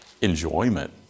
enjoyment